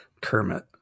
Kermit